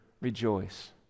rejoice